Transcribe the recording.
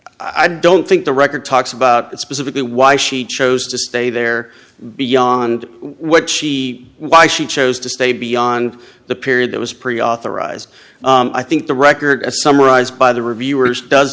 i don't think the record talks about it specifically why she chose to stay there beyond what she why she chose to stay beyond the period that was pre authorized i think the record as summarized by the reviewers does